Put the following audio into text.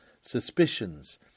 suspicions